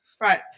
Right